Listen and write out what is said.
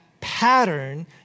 Pattern